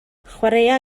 chwaraea